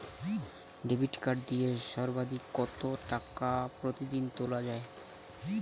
Debit card দিয়ে সর্বাধিক কত টাকা প্রতিদিন তোলা য়ায়?